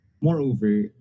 Moreover